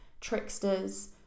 tricksters